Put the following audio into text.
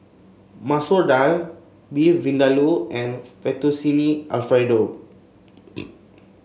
Masoor Dal Beef Vindaloo and Fettuccine Alfredo